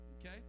Okay